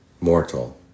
mortal